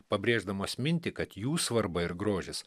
pabrėždamos mintį kad jų svarba ir grožis